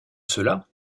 cela